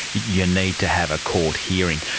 you need to have a court hearing.